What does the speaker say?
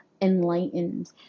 enlightened